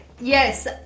Yes